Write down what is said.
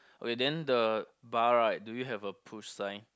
okay then the bar right do you have a push sign